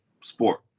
sport